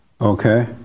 Okay